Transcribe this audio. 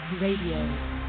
RADIO